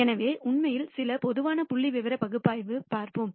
எனவே உண்மையில் சில பொதுவான புள்ளிவிவர பகுப்பாய்வைப் பார்ப்போம்